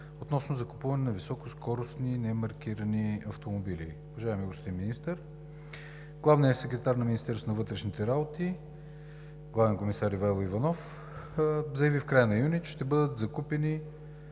относно закупуване на високоскоростни немаркирани автомобили. Уважаеми господин Министър, главният секретар на Министерството на вътрешните работи – главен комисар Ивайло Иванов, в края на месец юни заяви, че ще бъдат закупени